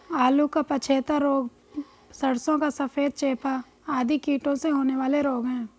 आलू का पछेता रोग, सरसों का सफेद चेपा आदि कीटों से होने वाले रोग हैं